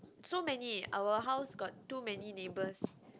so many our house got too many neighbours